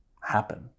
happen